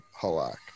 Halak